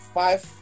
five